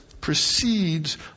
precedes